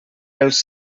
els